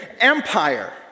empire